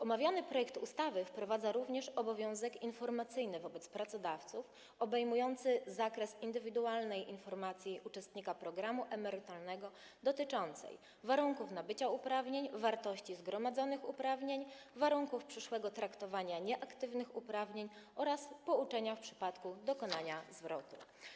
Omawiany projekt ustawy wprowadza również obowiązek informacyjny wobec pracodawców, obejmujący zakres indywidualnej informacji uczestnika programu emerytalnego dotyczącej: warunków nabycia uprawnień, wartości zgromadzonych uprawnień, warunków przyszłego traktowania nieaktywnych uprawnień oraz pouczenia w przypadku dokonania zwrotu.